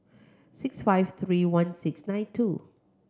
six five three one six nine two